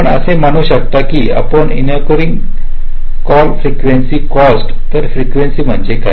आपण असे म्हणू शकता आपण incurring something call frequency cost तर फ्रीकेंसी म्हणजे काय